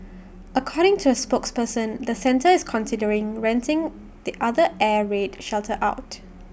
according to the spokesperson the centre is considering renting the other air raid shelter out